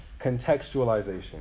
Contextualization